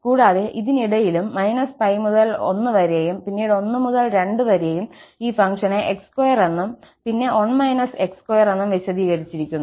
കൂടാതെ ഇതിനിടയിലും π മുതൽ 1 വരെയും പിന്നീട് 1 മുതൽ 2 വരെയും ഈ ഫംഗ്ഷനെ x2 എന്നും പിന്നെ 1 − x2 എന്നും വിശദീകരിച്ചിരിക്കുന്നു